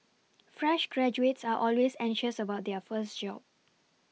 fresh graduates are always anxious about their first job